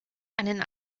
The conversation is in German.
einen